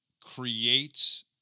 creates